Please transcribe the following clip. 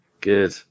Good